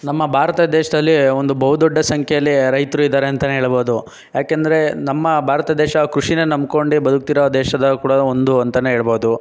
ನಮ್ಮ ಭಾರತ ದೇಶದಲ್ಲಿ ಒಂದು ಬಹುದೊಡ್ಡ ಸಂಖ್ಯೆಯಲ್ಲಿ ರೈತರು ಇದ್ದಾರಂತೆಯೇ ಹೇಳ್ಬೌದು ಯಾಕೆಂದ್ರೆ ನಮ್ಮ ಭಾರತ ದೇಶ ಕೃಷಿನೇ ನಂಬ್ಕೊಂಡು ಬದುಕುತ್ತಿರೋ ದೇಶದಾಗೆ ಕೂಡ ಒಂದು ಅಂತೆಯೇ ಹೇಳ್ಬೌದು